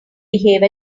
behave